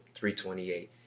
328